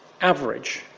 average